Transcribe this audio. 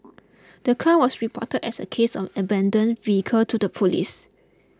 the car was reported as a case of an abandoned vehicle to the police